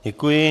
Děkuji.